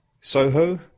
SOHO